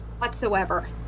...whatsoever